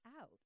out